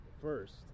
First